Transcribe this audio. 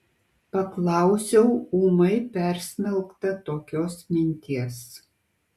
paklausiau ūmai persmelkta tokios minties